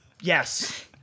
Yes